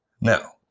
Now